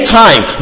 time